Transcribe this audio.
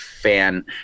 fan